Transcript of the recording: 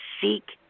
Seek